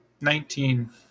Nineteen